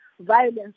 violence